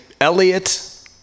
Elliot